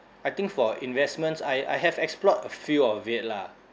I think for investments I I have explored a few of it lah